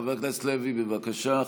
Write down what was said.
חבר הכנסת לוי, בבקשה.